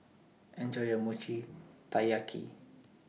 Enjoy your Mochi Taiyaki